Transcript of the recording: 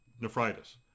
nephritis